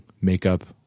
makeup